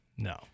No